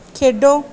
ਖੇਡੋ